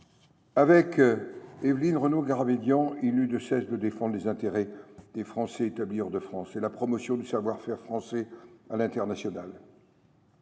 Avec Évelyne Renaud Garabedian, il n’eut de cesse de défendre les intérêts des Français établis hors de France et la promotion du savoir faire français à l’international.